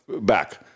back